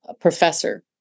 professor